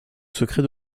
secret